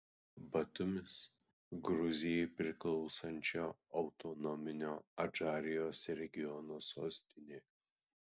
batumis gruzijai priklausančio autonominio adžarijos regiono sostinė